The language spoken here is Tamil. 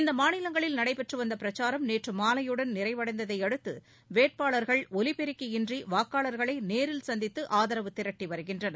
இம்மாநிலங்களில் நடைபெற்று வந்த பிரச்சாரம் நேற்று மாலையுடன் நிறைவடைந்ததை அடுத்து வேட்பாளர்கள் ஒலிபெருக்கியின்றி வாக்காளர்களை நேரில் சந்தித்து ஆதரவு திரட்டி வருகின்றனர்